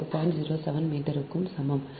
07 மீட்டருக்கு சமம்